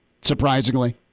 surprisingly